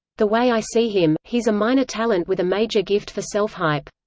the way i see him, he's a minor talent with a major gift for self-hype.